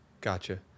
Gotcha